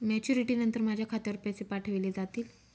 Maturity नंतर माझ्या खात्यावर पैसे पाठविले जातील?